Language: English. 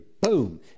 Boom